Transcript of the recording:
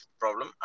problem